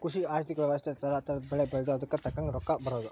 ಕೃಷಿ ಆರ್ಥಿಕ ವ್ಯವಸ್ತೆ ತರ ತರದ್ ಬೆಳೆ ಬೆಳ್ದು ಅದುಕ್ ತಕ್ಕಂಗ್ ರೊಕ್ಕ ಬರೋದು